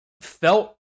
felt